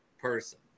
person